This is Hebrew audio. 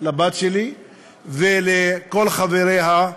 לבת שלי ולכל חבריה.